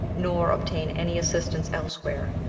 nor obtain any assistance elsewhere,